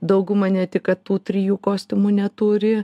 dauguma ne tik kad tų trijų kostiumų neturi